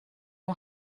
اون